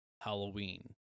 Halloween